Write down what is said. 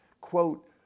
quote